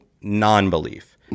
non-belief